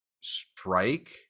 strike